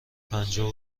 پنجاه